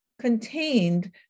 contained